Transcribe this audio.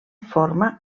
forma